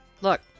Look